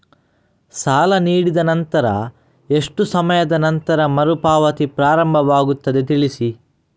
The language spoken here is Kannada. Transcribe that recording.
ಸಾಲ ನೀಡಿದ ನಂತರ ಎಷ್ಟು ಸಮಯದ ನಂತರ ಮರುಪಾವತಿ ಪ್ರಾರಂಭವಾಗುತ್ತದೆ ತಿಳಿಸಿ?